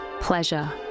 pleasure